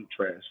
trash